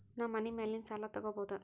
ನಾ ಮನಿ ಮ್ಯಾಲಿನ ಸಾಲ ತಗೋಬಹುದಾ?